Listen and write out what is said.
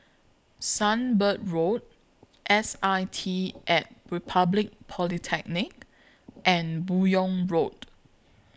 Sunbird Road S I T At Republic Polytechnic and Buyong Road